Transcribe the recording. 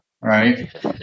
right